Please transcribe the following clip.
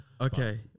okay